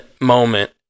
moment